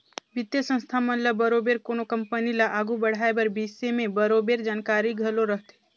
बित्तीय संस्था मन ल बरोबेर कोनो कंपनी ल आघु बढ़ाए कर बिसे में बरोबेर जानकारी घलो रहथे